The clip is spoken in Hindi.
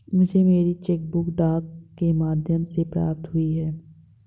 मुझे मेरी चेक बुक डाक के माध्यम से प्राप्त हुई है